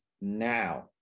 now